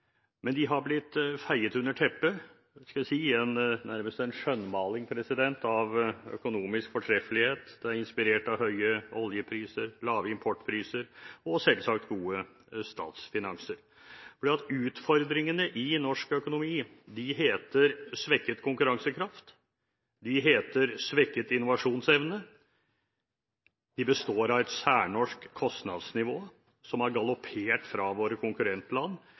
men de har blitt feiet under teppet i nærmest en skjønnmaling av økonomisk fortreffelighet inspirert av høye oljepriser, lave importpriser og selvsagt gode statsfinanser. Utfordringene i norsk økonomi heter svekket konkurransekraft og svekket innovasjonsevne, og de består av et særnorsk kostnadsnivå som har galoppert fra våre konkurrentland,